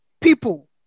people